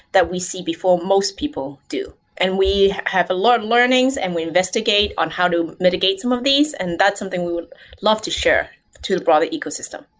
that we see before most people do. and we have learnings and we investigate on how to mitigate some of these, and that's something we would love to share to the broader ecosystem.